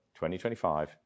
2025